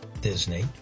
Disney